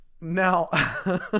Now